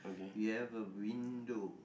we have a window